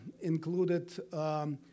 included